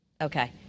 Okay